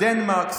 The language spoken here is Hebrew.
דנמרק,